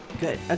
good